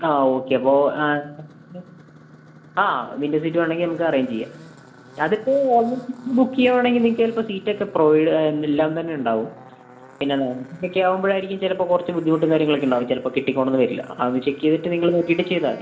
ആ ഓക്കെ അപ്പോൾ ആ വിൻഡോ സീറ്റ് വേണമെങ്കിൽ നമുക്ക് അറേഞ്ച് ചെയ്യാം അത് ഇപ്പോൾ ഓൾമോസ്റ്റ് ബുക്ക് ചെയ്യുവാണെങ്കിൽ നിങ്ങൾക്ക് ചിലപ്പോൾ സീറ്റ് ഒക്കെ പ്രൊവൈഡ് എല്ലാം തന്നെ ഉണ്ടാവും പിന്നെ ലോംഗ് സീറ്റ് ഒക്കെ ആവുമ്പോൾ ആയിരിക്കും ചിലപ്പോൾ കുറച്ച് ബുദ്ധിമുട്ടും കാര്യങ്ങൾ ഒക്കെ ഉണ്ടാവുക ചിലപ്പോൾ കിട്ടിക്കോണമെന്ന് വരില്ല അത് ഒന്ന് ചെക്ക് ചെയ്തിട്ട് നിങ്ങൾ നോക്കിയിട്ട് ചെയ്താൽ മതി